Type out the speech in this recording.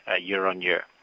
year-on-year